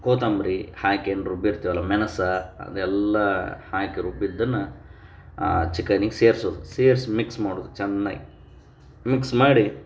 ಕೊತ್ತಂಬ್ರಿ ಹಾಕ್ಕಂಡ್ ರುಬ್ಬಿರ್ತೀವಲ್ವ ಮೆಣಸು ಅದೆಲ್ಲ ಹಾಕಿ ರುಬ್ಬಿದ್ದನ್ನು ಚಿಕನಿಗೆ ಸೇರ್ಸೋದು ಸೇರ್ಸಿ ಮಿಕ್ಸ್ ಮಾಡೋದು ಚೆನ್ನಾಗಿ ಮಿಕ್ಸ್ ಮಾಡಿ